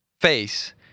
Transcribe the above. face